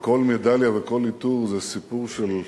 וכל מדליה וכל עיטור זה סיפור של קרבות,